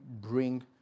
bring